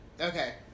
okay